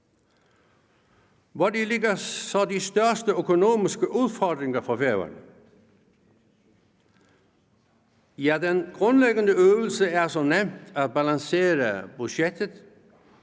Hvori ligger så de største økonomiske udfordringer for Færøerne? Ja, den grundlæggende øvelse er som nævnt at balancere budgettet,